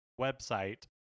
website